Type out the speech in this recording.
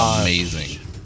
Amazing